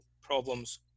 problems